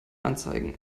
anzeigen